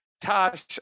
tosh